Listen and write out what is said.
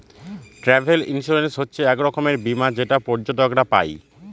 travel insurance হচ্ছে এক রকমের বীমা যেটা পর্যটকরা পাই